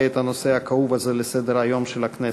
את הנושא הכאוב הזה על סדר-היום של הכנסת.